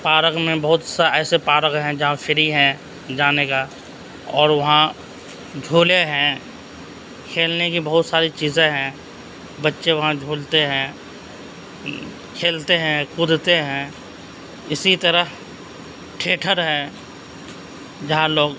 park میں بہت سے ایسے پارک ہیں جہاں فری ہیں جانے کا اور وہاں جھولے ہیں کھیلنے کی بہت ساری چیزیں ہیں بچّے وہاں جھولتے ہیں کھیلتے ہیں کودتے ہیں اسی طرح تھیٹر ہے جہاں لوگ